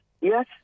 yes